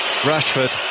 rashford